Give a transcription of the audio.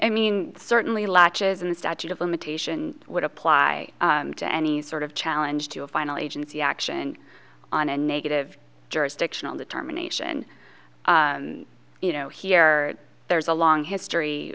i mean certainly latches on the statute of limitation would apply to any sort of challenge to a final agency action on a negative jurisdictional determination you know here there's a long history